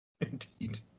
Indeed